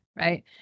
right